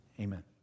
Amen